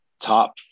top